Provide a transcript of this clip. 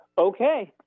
okay